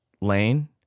lane